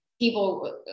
people